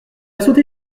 sauté